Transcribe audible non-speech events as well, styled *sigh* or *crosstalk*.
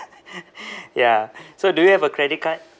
*laughs* ya so do you have a credit card